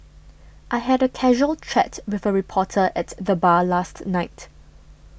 I had a casual chat with a reporter at the bar last night